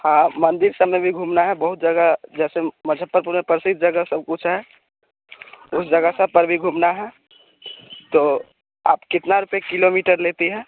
हाँ मंदिर सब में भी घूमना है बहुत जगह जैसे मुज़्ज़फ़्फ़रपुर में प्रसिद्ध जगह सब कुछ है उस जगह सब पर भी घूमना है तो आप कितने रुपये किलोमीटर लेती हैं